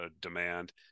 demand